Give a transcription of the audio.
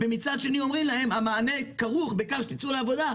ומצד שני אומרים להם: המענה כרוך בכך שתצאו לעבודה,